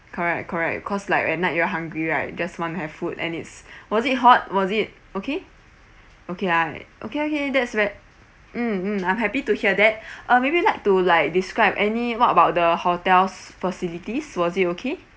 correct correct cause like at night you're hungry right just want have food and it's was it hot was it okay okay ah right okay okay that's ve~ mm mm I'm happy to hear that uh maybe like to like describe any what about the hotel's facilities was it okay